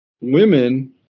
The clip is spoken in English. women